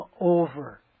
over